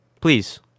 Please